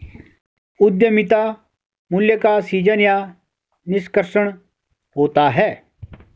उद्यमिता मूल्य का सीजन या निष्कर्षण होता है